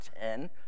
ten